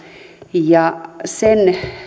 ja sen